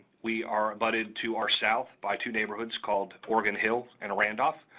we are abutted to our south by two neighborhoods called oregon hill and randolph,